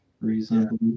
reasonably